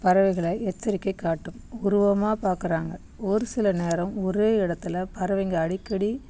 பறவைகளை எச்சரிக்கை காட்டும் உருவமாக பார்க்குறாங்க ஒரு சில நேரம் ஒரே இடத்துல பறவைங்க அடிக்கடி